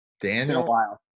Daniel